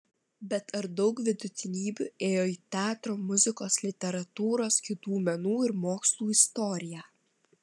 bet ar daug vidutinybių įėjo į teatro muzikos literatūros kitų menų ir mokslų istoriją